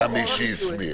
וגם מי שהוא הסמיך.